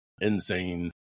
insane